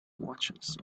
watches